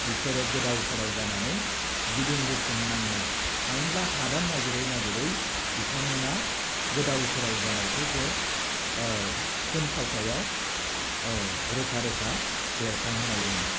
बिसोरो गोदाव सोराव जानानै गिदिंबोफिननांनाय थामहिनबा हादान नागिरै नागिरै बिथांमोन गोदाव सोराव जानायखौ बे थुनफावथायाव रोखा रोखा बेरखांहोनाय दङ